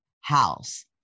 house